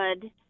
good